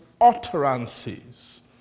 utterances